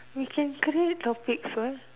we can create topics what